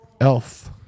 Elf